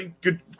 good